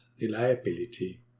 reliability